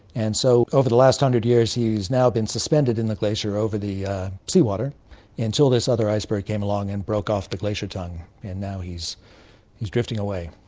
and so over the last one hundred years he has now been suspended in the glacier over the sea water until this other iceberg came along and broke off the glacier tongue, and now he's he's drifting away.